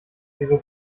wieso